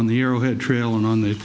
on the arrowhead trail and on the